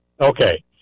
Okay